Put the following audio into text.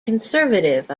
conservative